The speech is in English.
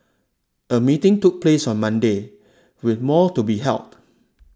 a meeting took place on Monday with more to be held